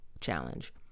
challenge